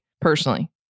personally